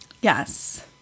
Yes